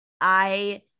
I-